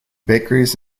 bakeries